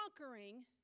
conquering